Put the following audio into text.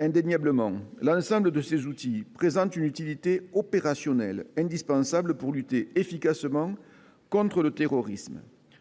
Indéniablement, l'ensemble de ces outils présente une utilité opérationnelle, indispensable pour lutter efficacement contre le terrorisme.